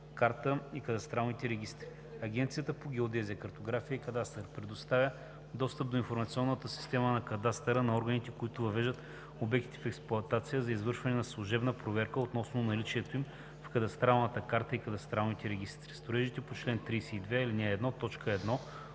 карта и кадастралните регистри. Агенцията по геодезия, картография и кадастър предоставя достъп до информационната система на кадастъра на органите, които въвеждат обектите в експлоатация, за извършване на служебна проверка относно наличието им в кадастралната карта и кадастралните регистри. Строежите по чл. 32, ал. 1,